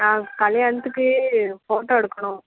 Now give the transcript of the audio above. ஆ கல்யாணத்துக்கு ஃபோட்டோ எடுக்கணும்